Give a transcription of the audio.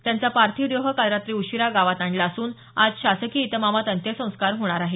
त्यांचा पार्थिव देह काल रात्री उशीरा गावात आणला असून आज शासकीत इतमामात अंत्यसंस्कार होणार आहेत